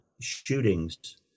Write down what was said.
shootings